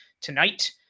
tonight